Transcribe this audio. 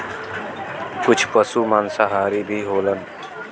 कुछ पसु मांसाहारी भी होलन